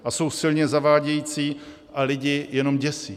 A jsou silně zavádějící a lidi jenom děsí.